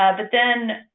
ah but then,